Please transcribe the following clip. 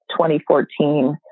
2014